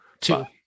Two